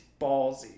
ballsy